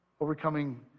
overcoming